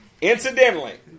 Incidentally